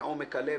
מעומק הלב,